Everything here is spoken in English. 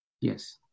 Yes